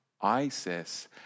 ISIS